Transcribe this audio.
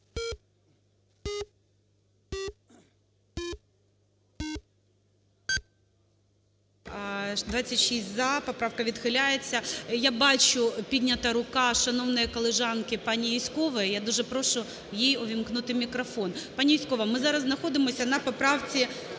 За-26 Поправка відхиляється. Я бачу, піднята рука шановної колежанки пані Юзькової. Я дуже прошу їй увімкнути мікрофон. Пані Юзькова, ми зараз знаходимося на поправці